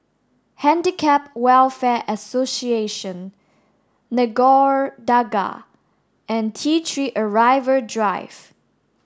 Handicap Welfare Association Nagore Dargah and T three Arrival Drive